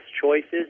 choices